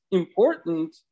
important